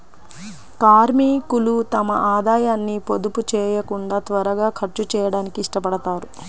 కార్మికులు తమ ఆదాయాన్ని పొదుపు చేయకుండా త్వరగా ఖర్చు చేయడానికి ఇష్టపడతారు